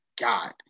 God